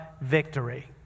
victory